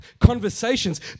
conversations